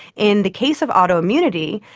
in the case of autoimmunity,